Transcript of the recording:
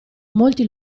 molti